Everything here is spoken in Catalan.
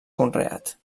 conreat